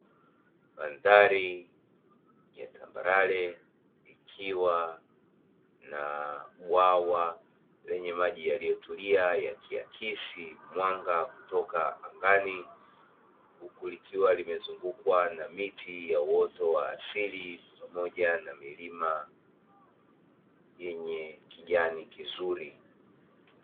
Mandhari ya tambarare, ikiwa na bwawa lenye maji yaliyotulia, yakiakisi mwanga kutoka angani, huku likiwa limezungukwa na miti ya uoto wa asili pamoja na milima yenye kijani kizuri.